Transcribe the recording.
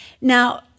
Now